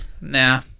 Nah